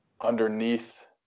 underneath